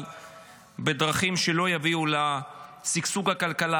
אבל בדרכים שלא יביאו לשגשוג הכלכלה